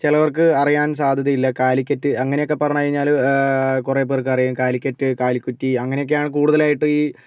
ചിലവർക്ക് അറിയാൻ സാധ്യതയില്ല കാലിക്കറ്റ് അങ്ങനെയൊക്കെ പറഞ്ഞു കഴിഞ്ഞാൽ കുറേ പേർക്ക് അറിയാം കാലിക്കറ്റ് കാലിക്കുറ്റി അങ്ങനെയൊക്കെയാണ് കൂടുതലായിട്ടും ഈ